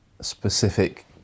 specific